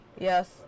Yes